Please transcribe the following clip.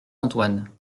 antoine